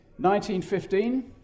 1915